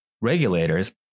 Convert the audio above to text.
regulators